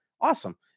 awesome